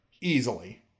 easily